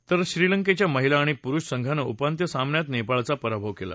तर श्रीलंकेच्या महिला आणि पुरुष संघानं उपांत्य सामन्यात नेपाळचा पराभव केला